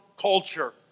culture